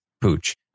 Pooch